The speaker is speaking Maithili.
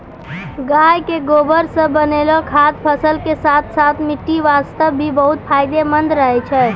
गाय के गोबर सॅ बनैलो खाद फसल के साथॅ साथॅ मिट्टी वास्तॅ भी बहुत फायदेमंद रहै छै